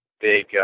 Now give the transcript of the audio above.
big